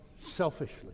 selfishly